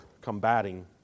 combating